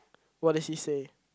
what did he say